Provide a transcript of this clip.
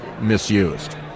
misused